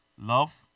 love